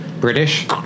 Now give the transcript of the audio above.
British